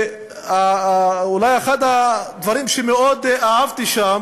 אולי, אחד הדברים שמאוד אהבתי שם